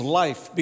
life